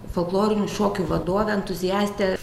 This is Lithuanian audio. folklorinių šokių vadovė entuziastė